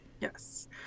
yes